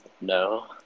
No